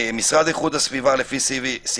המשרד לאיכות הסביבה יכול להוציא צווים מינהליים